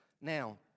Now